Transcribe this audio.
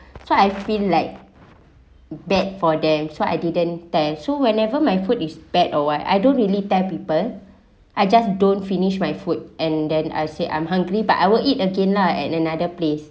so I feel like bad for them so I didn't tell so whenever my food is bad or what I don't really tell people I just don't finish my food and then I say I'm hungry but I will eat again lah at another place